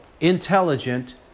intelligent